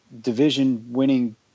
division-winning